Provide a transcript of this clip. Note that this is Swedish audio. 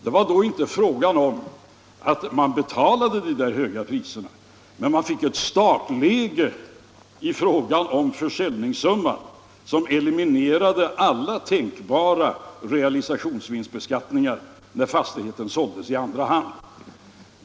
Det var då inte fråga om att man betalade dessa höga priser, men man fick ett startläge i fråga om försäljningssumman som eliminerade alla tänkbara realisationsvinstbeskattningar när fastigheten såldes längre fram.